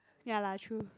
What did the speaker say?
ya lah true